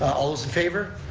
all those in favor?